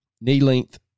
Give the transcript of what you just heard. knee-length